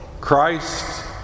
Christ